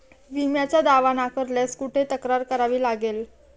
विम्याचा दावा नाकारल्यास कुठे तक्रार करावी लागेल?